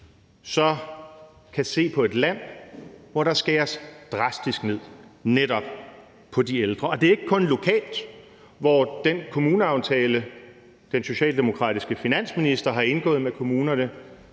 vi kan se på et land, hvor der skæres drastisk ned netop på ældreområdet. Og det er ikke kun lokalt, hvor den kommuneaftale, den socialdemokratiske finansminister har indgået med kommunerne,